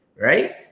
right